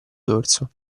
dorso